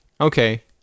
okay